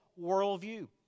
worldview